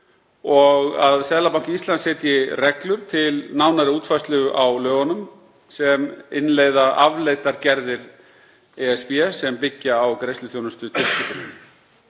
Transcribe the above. og að Seðlabanki Íslands setji reglur til nánari útfærslu á lögunum sem innleiða afleiddar gerðir ESB sem byggja á greiðsluþjónustutilskipuninni.